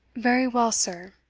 very well, sir,